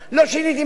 לא שיניתי מלה.